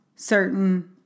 Certain